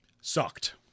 sucked